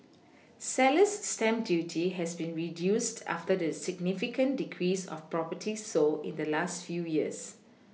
Seller's stamp duty has been reduced after the significant decrease of properties sold in the last few years